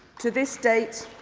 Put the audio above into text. to this date,